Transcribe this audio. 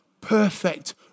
perfect